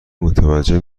متوجه